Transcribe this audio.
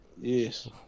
Yes